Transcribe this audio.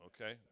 Okay